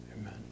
Amen